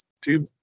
two